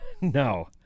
No